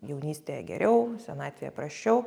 jaunystėje geriau senatvėje prasčiau